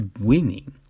winning